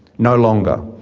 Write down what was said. no longer.